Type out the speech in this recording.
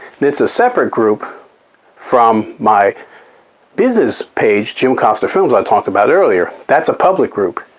it's a separate group from my business page, jim costa films i talked about earlier. that's a public group.